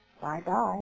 Bye-bye